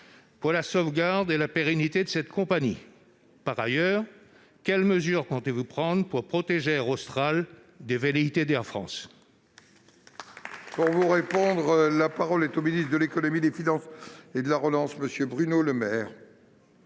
pour la sauvegarde de la pérennité de la compagnie. Par ailleurs, quelles mesures comptez-vous prendre pour protéger Air Austral des velléités d'Air France ?